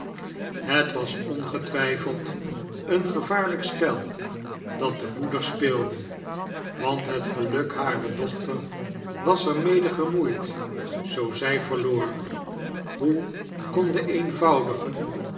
het wasongetwyfeld een gevaarlyk spel dat de moeder speelde want het geluk barer dochter was er mede gemoeid zoo zy verloor hoe kon de eenvoudige